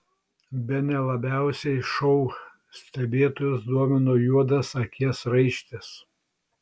bene labiausiai šou stebėtojus domino juodas akies raištis